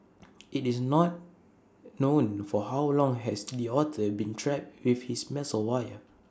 IT is not known for how long has the otter been trapped with this wire